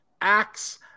acts